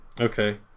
Okay